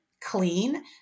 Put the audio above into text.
clean